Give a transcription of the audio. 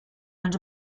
and